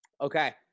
Okay